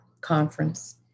Conference